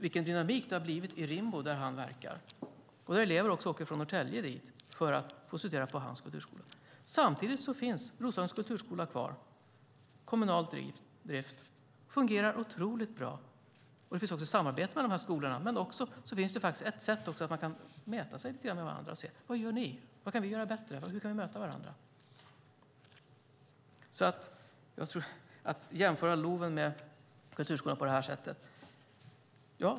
Vilken dynamik det har blivit i Rimbo där han verkar! Elever åker även dit från Norrtälje för att få studera på hans kulturskola. Samtidigt finns Roslagens kulturskola kvar i kommunal drift. Den fungerar otroligt bra. Det finns ett samarbete mellan de här skolorna, men det finns även möjligheten att mäta sig lite med varandra och se vad den andra gör och vad man kan göra bättre och mötas. Jag tackar för tipset om att jämföra LOV med kulturskolan på det sättet.